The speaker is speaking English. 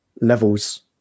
levels